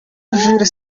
jules